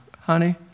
Honey